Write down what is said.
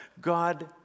God